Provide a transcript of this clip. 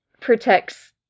protects